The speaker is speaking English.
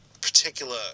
particular